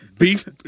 Beef